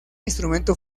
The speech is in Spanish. instrumento